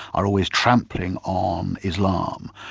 are always trampling on islam.